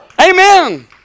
Amen